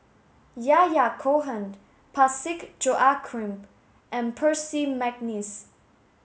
Yahya Cohen Parsick Joaquim and Percy McNeice